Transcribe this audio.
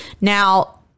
Now